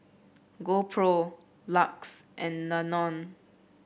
GoPro Lux and Danone